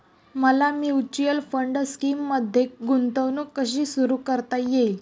मला mutual fund स्कीममध्ये गुंतवणूक कशी सुरू करता येईल?